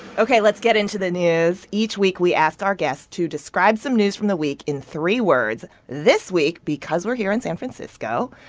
ok. let's get into the news. each week, we ask our guests to describe some news from the week in three words. this week, because we're here in san francisco,